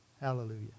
Hallelujah